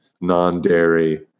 non-dairy